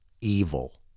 evil